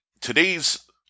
today's